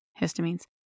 Histamine's